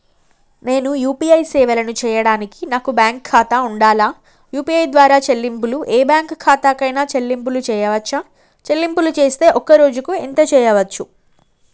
నేను యూ.పీ.ఐ సేవలను చేయడానికి నాకు బ్యాంక్ ఖాతా ఉండాలా? యూ.పీ.ఐ ద్వారా చెల్లింపులు ఏ బ్యాంక్ ఖాతా కైనా చెల్లింపులు చేయవచ్చా? చెల్లింపులు చేస్తే ఒక్క రోజుకు ఎంత చేయవచ్చు?